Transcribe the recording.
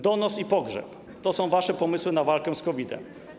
Donos i pogrzeb - to są wasze pomysły na walkę z COVID-em.